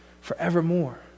forevermore